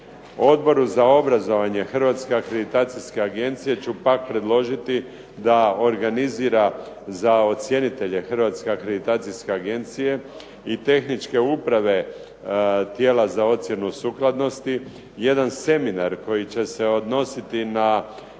Odboru za obrazovanje Hrvatske kreditacijska agencija će u pakt predložiti da organizira za ocjenitelje Hrvatske akreditacijske agencije i tehničke uprave tijela za ocjenu sukladnosti. Jedan seminar koji će se odnositi na